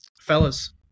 fellas